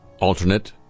alternate